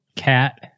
Cat